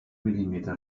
millimeter